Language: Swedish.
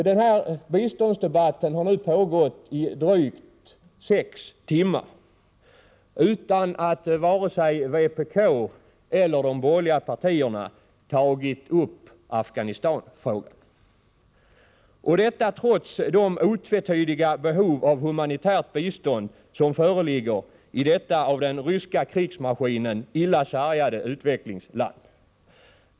Den här biståndsdebatten har nu pågått i sex timmar utan att vare sig vpk eller de borgerliga partierna har tagit upp Afghanistanfrågan, detta trots de otvetydiga behov av humanitärt bistånd som föreligger i detta av den ryska krigsmaskinen illa sargade utvecklingsland.